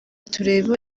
turebe